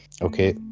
Okay